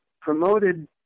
promoted